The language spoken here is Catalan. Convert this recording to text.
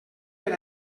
per